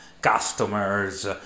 customers